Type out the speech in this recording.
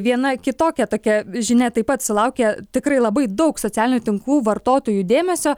viena kitokia tokia žinia taip pat sulaukė tikrai labai daug socialinių tinklų vartotojų dėmesio